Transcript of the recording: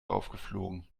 aufgeflogen